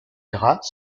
gras